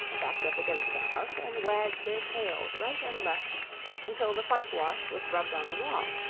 backed up against the house, and wagged their tails right and left until the whitewash was rubbed on the wall,